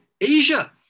Asia